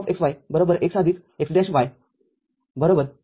Fxy x x'